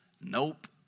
Nope